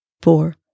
four